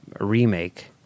remake